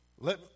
Let